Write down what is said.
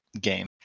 game